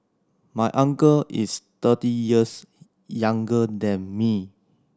my uncle is thirty years younger than me